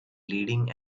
leading